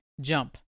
jump